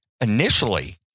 Initially